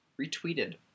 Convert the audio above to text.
retweeted